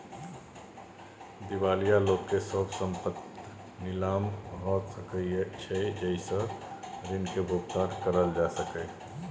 दिवालिया लोक के सब संपइत नीलाम हो सकइ छइ जइ से ऋण के भुगतान करल जा सकइ